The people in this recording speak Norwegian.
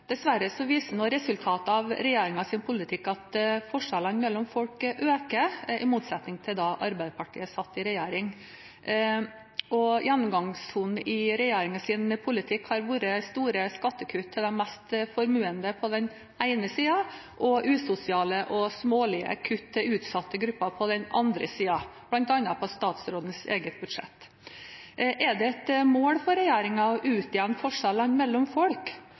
viser resultatet av regjeringens politikk at forskjellene mellom folk øker, i motsetning til da Arbeiderpartiet satt i regjering. Gjennomgangstonen i regjeringens politikk har vært store skattekutt til de mest formuende på den ene siden og usosiale og smålige kutt til utsatte grupper på den andre siden, bl.a. på statsrådens eget budsjett. Er det et mål for regjeringen å utjevne forskjeller mellom folk?